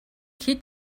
хэд